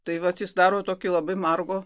tai vat jis daro tokį labai margo